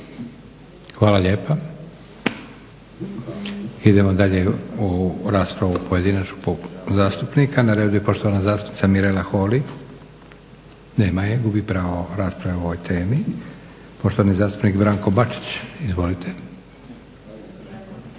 Hvala lijepa. Idemo dalje u raspravu pojedinačnu zastupnika. Na redu je poštovana zastupnica Mirela Holy. Nema je, gubi pravo rasprave o ovoj temi. Poštovani zastupnik Branko Bačić. Izvolite.